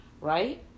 right